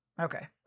Okay